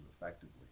effectively